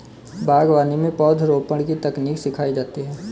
बागवानी में पौधरोपण की तकनीक सिखाई जाती है